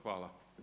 Hvala.